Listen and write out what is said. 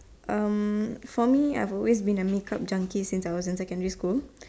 for me I have always been a make up junkie since I was in secondary school